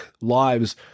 lives